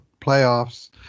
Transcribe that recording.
playoffs